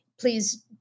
please